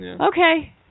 Okay